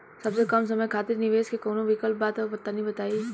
सबसे कम समय खातिर निवेश के कौनो विकल्प बा त तनि बताई?